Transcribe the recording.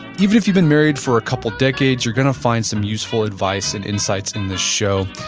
even if you've been married for a couple of decades, you're going to find some useful advice and insights in this show.